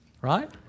Right